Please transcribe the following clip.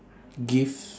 gives